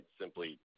simply –